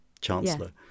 chancellor